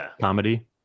comedy